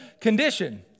condition